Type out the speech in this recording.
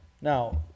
Now